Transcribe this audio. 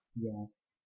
Yes